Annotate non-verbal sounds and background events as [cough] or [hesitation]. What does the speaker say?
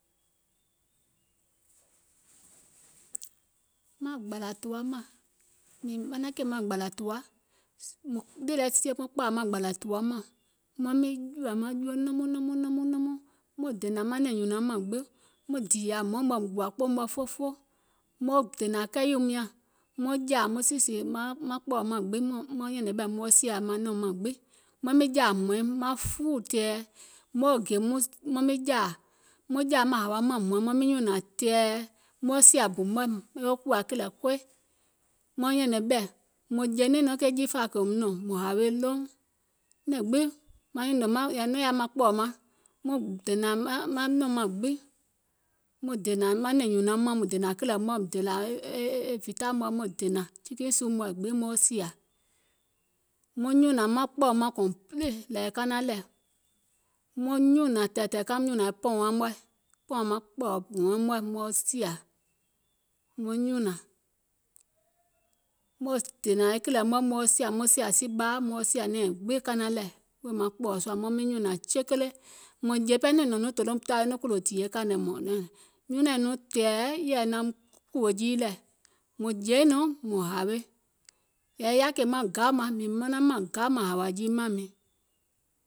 Maŋ gbȧlȧ tùwa mȧŋ, mìŋ manaŋ kèè maŋ gbȧlȧ tùwa, nìì lɛ sie maŋ kpȧȧ maŋ gbȧlȧ tùwa mȧŋ, maŋ miŋ jùȧ maŋ juo nɛmuŋ nɛmuŋ nɛmuŋ, muŋ dènȧŋ nɛ̀ŋ nyùnaŋ mȧŋ gbiŋ muŋ dììyȧ hmɔɔ̀ŋ mɔ̀ɛ̀ muŋ gùȧ kpoò mɔ̀ɛ̀ fo, muŋ dènȧŋ kɛiyìum nyȧŋ, muŋ jȧȧ muŋ sìnsìŋ maŋ kpɔ̀ɔ̀im mȧŋ gbiŋ muŋ nyɛ̀nɛ̀ŋ ɓɛ̀ muŋ sìȧ nɛ̀um mȧŋ gbiŋ, maŋ miŋ jȧȧ hmɔ̀ɔ̀iŋ maŋ fuuwù tɛ̀ɛ̀ moo gè mo miŋ jȧȧ muŋ jȧȧ maŋ hȧwaum mȧŋ hmɔ̀ɔ̀iŋ maŋ miŋ nyùnȧŋ tɛ̀ɛ̀, muŋ sìȧ bù mɔ̀ɛ̀ muŋ sìȧ kìlɛ koi, muŋ nyɛ̀nɛ̀ŋ ɓɛ̀, mùŋ jè niìŋ nɔŋ ke jiifȧa kèum nɔ̀ŋ mȧŋ hawe ɗouŋ, [hesitation] muŋ nyùnȧŋ maŋ kpɔ̀ɔ̀um mȧŋ complete lɛ̀ɛ̀ kanaŋ lɛ̀, muŋ nyùnȧŋ tɛ̀ɛ̀tɛ̀ɛ̀ kaiŋ muŋ nyùnȧŋ pɔ̀ɔ̀nwaaŋ mɔ̀ɛ̀, pɔ̀ɔ̀nwȧȧŋ maŋ kpɔ̀ɔ̀ bù wɛiŋ mɔ̀ɛ̀ mɔɔ sìȧ muŋ nyùnȧŋ, muŋ dènȧŋ kìlɛ̀ mɔ̀ɛ̀ muŋ sìȧ muŋ sìȧ sìɓaȧ muŋ sìȧ nɛ̀ɛ̀ŋ gbiŋ kanaŋ lɛ̀ wèè maŋ kpɔ̀ɔ̀ sùȧ, maŋ miŋ nyùnȧŋ chekele, mùŋ jè pɛɛ nɔŋ mùŋ tawe nɔŋ kùlò tìyèe mȧŋ diȧ, nynȧiŋ nɔŋ tɛ̀ɛ̀ yɛ̀ɛ naum kùwò jii lɛ̀, mùŋ jèeiŋ nɔŋ mùŋ hawe, yɛ̀i yaȧ kèè maŋ gaù maŋ, mìŋ manaŋ maŋ gaù, maŋ gaù maŋ hàwȧ jiim mȧŋ miiŋ,